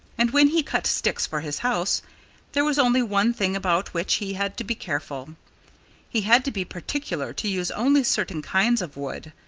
and when he cut sticks for his house there was only one thing about which he had to be careful he had to be particular to use only certain kinds of wood.